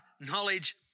knowledge